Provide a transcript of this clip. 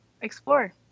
explore